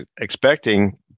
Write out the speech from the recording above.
expecting